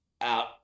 out